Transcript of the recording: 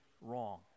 wrong